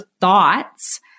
thoughts